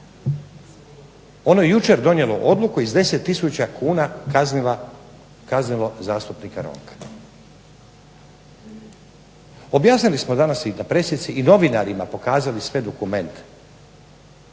ono je jučer donijelo odluku i s 10 tisuća kuna kaznilo zastupnika Ronka. Objasnili smo danas i na pressici i novinarima pokazali sve dokumente